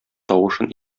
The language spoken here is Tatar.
тавышын